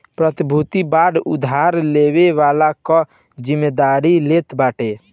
प्रतिभूति बांड उधार लेवे वाला कअ जिमेदारी लेत बाटे